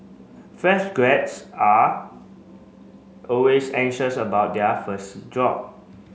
fresh grads are always anxious about their first job